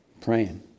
praying